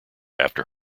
after